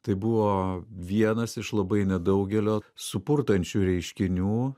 tai buvo vienas iš labai nedaugelio supurtančių reiškinių